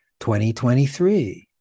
2023